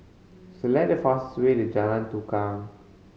select the fastest way to Jalan Tukang